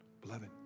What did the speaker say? beloved